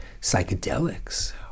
psychedelics